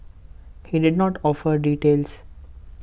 he did not offer details